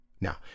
Now